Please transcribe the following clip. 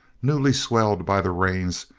new-swelled by the rains,